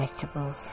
vegetables